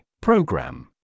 program